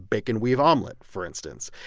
bacon-weave omelet for instance.